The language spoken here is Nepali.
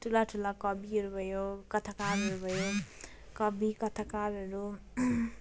ठुला ठुला कविहरू भयो कथाकारहरू भयो कवि कथाकारहरू